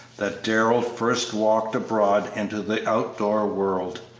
that darrell first walked abroad into the outdoor world.